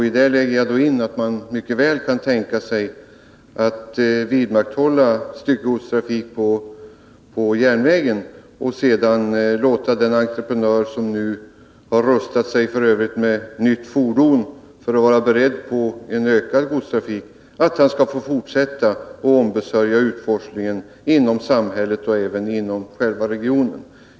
I detta lägger jag då in att man mycket väl kan tänka sig att vidmakthålla styckegodstrafik på järnvägen och sedan låta den entreprenör, som nu f. ö. har rustat sig med nytt fordon för att vara beredd på en ökad godstrafik, fortsätta att ombesörja godstrafiken inom samhället och även inom regionen.